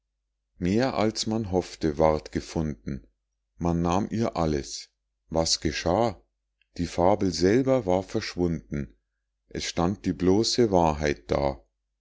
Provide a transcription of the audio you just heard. mehr als man hoffte ward gefunden man nahm ihr alles was geschah die fabel selber war verschwunden es stand die bloße wahrheit da